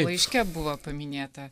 laiške buvo paminėta